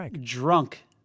drunk